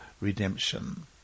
redemption